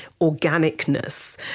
organicness